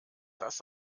das